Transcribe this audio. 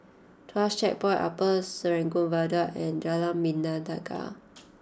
Tuas Checkpoint Upper Serangoon Viaduct and Jalan Bintang Tiga